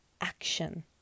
action